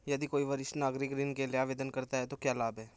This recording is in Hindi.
यदि कोई वरिष्ठ नागरिक ऋण के लिए आवेदन करता है तो क्या लाभ हैं?